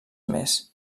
més